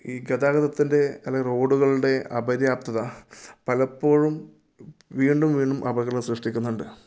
ഈ ഗതാഗതത്തിൻ്റെ അല്ല റോഡുകളുടെ അപര്യാപ്തത പലപ്പോഴും വീണ്ടും വീണ്ടും അപകടം സൃഷ്ടിക്കുന്നുണ്ട്